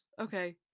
Okay